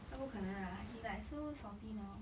他不可能的啦 he like so salty now